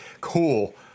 cool